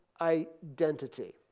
identity